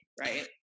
Right